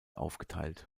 aufgeteilt